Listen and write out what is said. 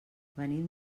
venim